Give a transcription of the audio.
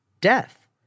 death